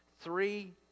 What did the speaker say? three